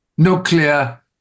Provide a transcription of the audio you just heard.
nuclear